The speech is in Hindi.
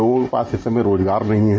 लोगों के पास इस समय रोजगार नहीं है